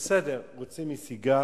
בצדק: בסדר, רוצים נסיגה?